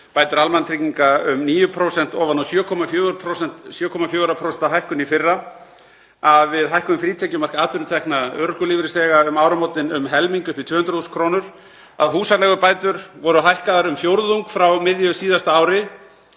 bætur almannatrygginga um 9% ofan á 7,4% hækkun í fyrra, við hækkuðum frítekjumark atvinnutekna örorkulífeyrisþega um áramótin um helming, upp í 200.000 kr., húsaleigubætur voru hækkaðir um fjórðung frá miðju síðasta ári